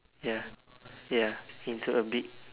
ya ya into a big